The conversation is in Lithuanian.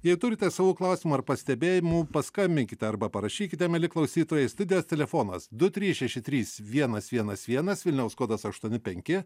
jei turite savo klausimų ar pastebėjimų paskambinkite arba parašykite mieli klausytojai studijos telefonas du trys šeši trys vienas vienas vienas vilniaus kodas aštuoni penki